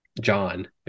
John